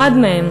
אחת מהן,